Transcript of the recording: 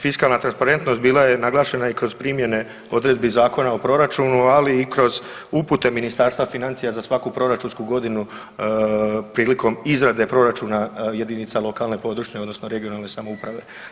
Fiskalna transparentnost bila je naglašena i kroz primjene odredbi Zakona o proračunu, ali i kroz upute Ministarstva financija za svaku proračunsku godinu prilikom izrade proračuna jedinica lokalne, područne odnosno regionalne samouprave.